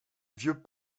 vieux